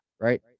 right